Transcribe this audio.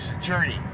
journey